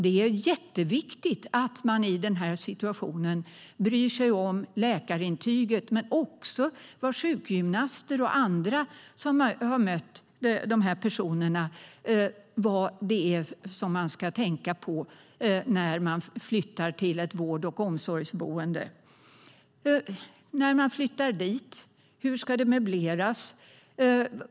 Det är jätteviktigt att man i den här situationen bryr sig om läkarintyget, men också vad sjukgymnaster och andra som har mött de här personerna vet om vad det är som man ska tänka på inför flytten till ett vård och omsorgsboende. Hur ska det möbleras när man flyttar dit?